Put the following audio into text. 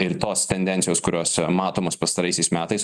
ir tos tendencijos kurios matomos pastaraisiais metais